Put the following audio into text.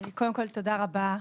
קודם כל תודה רבה,